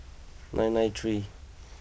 nine nine three